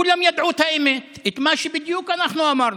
כולם ידעו את האמת, בדיוק את מה שאנחנו אמרנו.